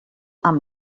amb